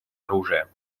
оружия